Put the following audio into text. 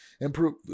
improve